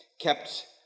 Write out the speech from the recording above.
kept